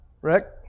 Rick